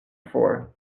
for